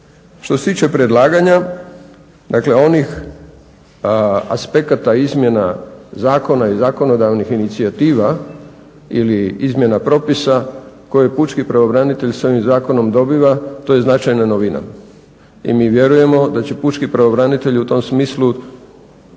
Što se tiče predlaganja, dakle onih aspekata izmjena zakona i zakonodavnih inicijativa ili izmjena propisa koje pučki pravobranitelj s ovim zakonom dobiva, to je značajna novina. I mi vjerujemo da će pučki pravobranitelj u tom smislu